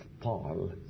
Paul